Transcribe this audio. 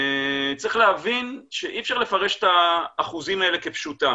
צריך להבין שאי-אפשר לפרש את האחוזים האלה כפשוטם,